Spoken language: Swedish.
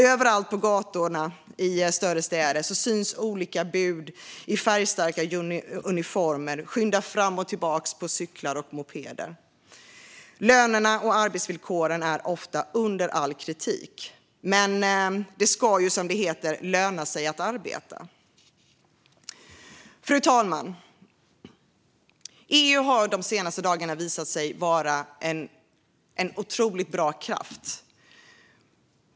Överallt på gatorna i större städer syns olika bud i färgstarka uniformer skynda fram och tillbaka på cyklar och mopeder. Lönerna och arbetsvillkoren är ofta under all kritik. Det ska, som det heter, löna sig att arbeta. Fru talman! EU har de senaste dagarna visat sig vara en otroligt bra kraft.